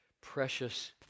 precious